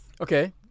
Okay